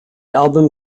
album